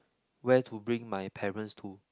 where to bring my parents to